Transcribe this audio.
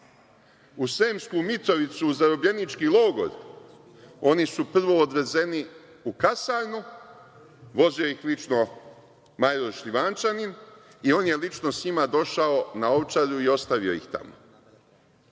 u Sremsku Mitrovicu u zarobljenički logor, oni su prvo odvezeni u kasarnu, vozio ih lično major Šljivančanin i on je lično sa njima došao na Ovčaru i ostavio ih tamo.